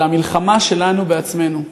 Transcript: זו המלחמה שלנו בעצמנו.